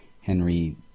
Henry